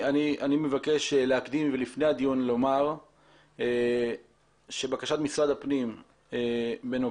אני מבקש להקדים ולפני הדיון לומר שבקשת משרד הפנים בנוגע